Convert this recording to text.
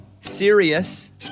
Serious